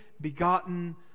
begotten